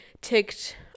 ticked